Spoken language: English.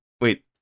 wait